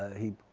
he